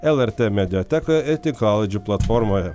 lrt mediatekoje ir tinklalaidžių platformoje